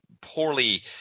poorly